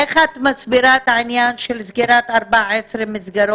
איך את מסבירה את העניין של 14 מסגרות